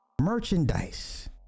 merchandise